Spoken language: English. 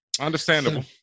understandable